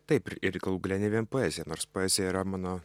taip ir ir galų gale ne vien poezija nors poezija yra mano